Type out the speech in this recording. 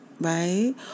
right